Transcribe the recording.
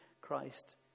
Christ